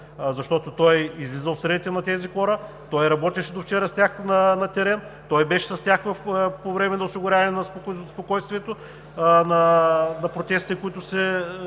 защото той излиза от средите на тези хора. Той работеше до вчера с тях на терен, той беше с тях по време на осигуряване на спокойствието на протестите, които се